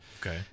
Okay